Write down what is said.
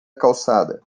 calçada